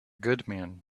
goodman